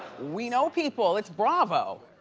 we know people. it's bravo.